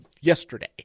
yesterday